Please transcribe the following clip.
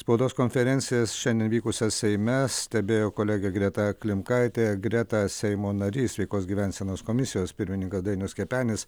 spaudos konferencijas šiandien vykusias seime stebėjo kolegė greta klimkaitė greta seimo narys sveikos gyvensenos komisijos pirmininkas dainius kepenis